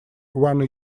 one